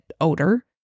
odor